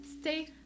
stay